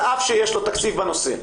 על אף שיש לו תקציב בנושא,